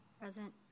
Present